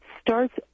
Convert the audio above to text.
starts